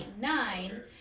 nine